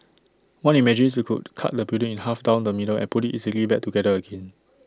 one imagines you could cut the building in half down the middle and put IT easily back together again